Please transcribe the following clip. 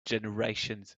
generations